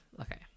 okay